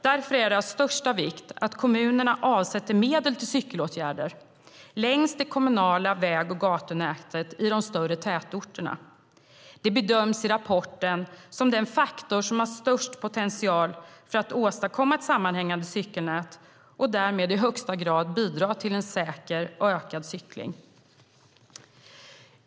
Därför är det av största vikt att kommunerna avsätter medel till cykelåtgärder längs det kommunala väg och gatunätet i de större tätorterna. Det bedöms i rapporten som den faktor som har störst potential för att åstadkomma ett sammanhängande cykelnät och därmed i högsta grad bidra till en säker och ökad cykling.